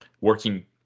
working